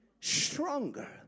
stronger